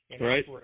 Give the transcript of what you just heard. Right